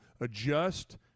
adjust